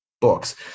books